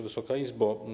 Wysoka Izbo!